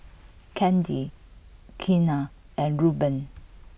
Candi Keena and Reuben